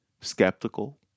skeptical